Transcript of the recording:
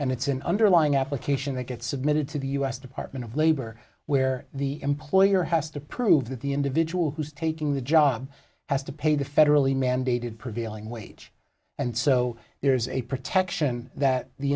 and it's an underlying application that gets submitted to the u s department of labor where the employer has to prove that the individual who's taking the job has to pay the federally mandated prevailing wage and so there is a protection that the